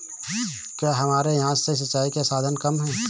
क्या हमारे यहाँ से सिंचाई के साधन कम है?